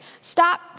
Stop